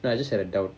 no I just had a doubt